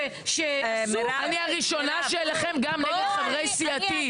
שעשו --- מירב --- אני הראשונה שאלחם גם נגד חברי סיעתי.